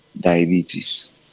diabetes